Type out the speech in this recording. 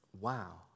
wow